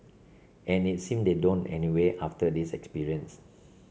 and it seem they don't anyway after this experience